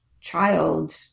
child